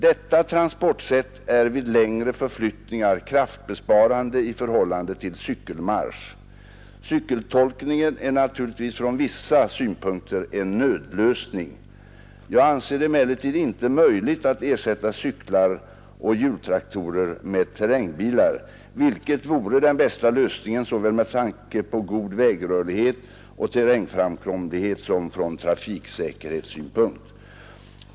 Detta transportsätt är vid längre förflyttningar kraftbesparande i förhållande till cykelmarsch. Cykeltolkningen är naturligtvis från vissa synpunkter en nödlösning. Jag anser det emellertid inte möjligt att ersätta cyklar och hjultransporter med terrängbilar, vilket vore den bästa lösningen såväl med tanke på god vägrörlighet och terrängframkomlighet som från trafiksäkerhetssynpunkt.